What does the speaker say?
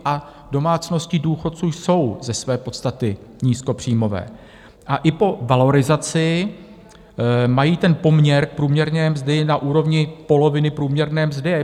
A domácnosti důchodců jsou ze své podstaty nízkopříjmové a i po valorizaci mají ten poměr průměrné mzdy na úrovni poloviny průměrné mzdy.